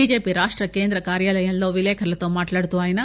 BJP రాష్ట కేంద్ర కార్యాలయంలో విలేకరులతో మాట్లాడుతూ ఆయన